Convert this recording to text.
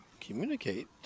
communicate